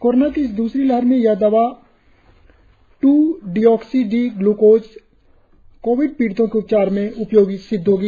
corona की इस दूसरी लहर में यह दवा two deoxy D glucose Covid पीड़ितों के उपचार में उपयोगी सिद्ध होगी